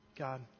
God